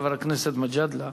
חבר הכנסת מג'אדלה,